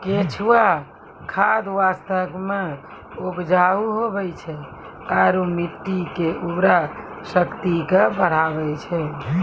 केंचुआ खाद वास्तव मे उपजाऊ हुवै छै आरू मट्टी के उर्वरा शक्ति के बढ़बै छै